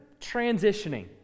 transitioning